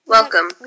Welcome